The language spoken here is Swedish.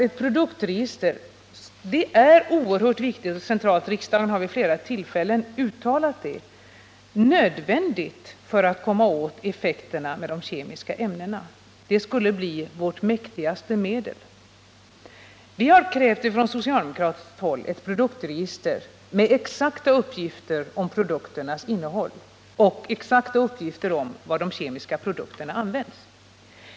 Ett produktregister är oerhört viktigt och centralt — riksdagen har vid flera tillfällen uttalat det — och det är nödvändigt för att komma åt effekterna av de kemiska ämnena. Det skulle vara vårt mäktigaste medel härvidlag. Från socialdemokratiskt håll har vi krävt ett produktregister med exakta uppgifter om produkternas innehåll samt exakta uppgifter om var de kemiska produkterna används.